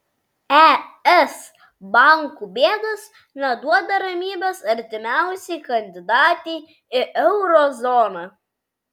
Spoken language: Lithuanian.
es bankų bėdos neduoda ramybės artimiausiai kandidatei į euro zoną